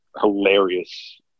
hilarious